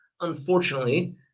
unfortunately